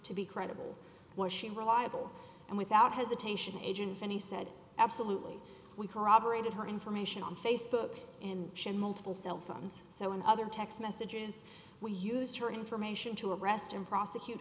to be credible was she reliable and without hesitation agents and he said absolutely we corroborated her information on facebook and shot multiple cell phones so in other text messages we used her information to arrest and prosecute